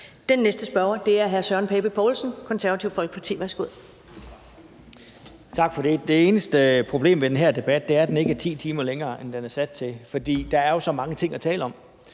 Den næste spørger er hr. Søren Pape Poulsen, Det Konservative Folkeparti.